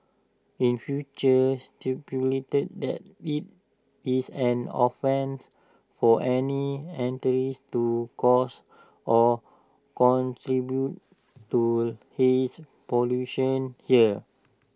in future stipulates that IT is an offence for any entities to cause or contribute to haze pollution here